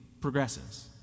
progresses